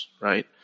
right